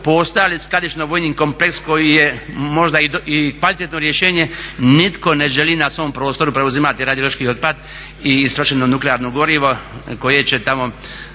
postojali skladišno vojni kompleks koji je možda i kvalitetno rješenje, nitko ne želi na svom prostoru preuzimati radiološki otpad i istrošeno nuklearno gorivo koje će tamo